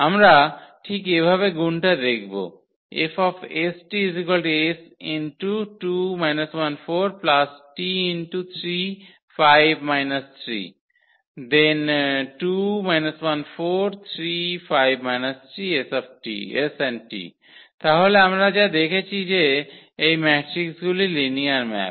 আমরা ঠিক এভাবে গুনটা দেখব তাহলে আমরা যা দেখছি যে এই ম্যাট্রিকগুলি লিনিয়ার ম্যাপ